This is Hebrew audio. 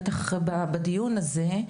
בטח בדיון הזה,